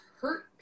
hurt